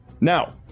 Now